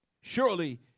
Surely